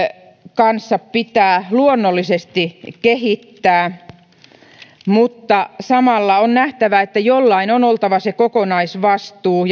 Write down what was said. kanssa pitää luonnollisesti kehittää mutta samalla on nähtävä että jollain on oltava se kokonaisvastuu